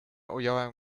ująłem